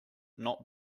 not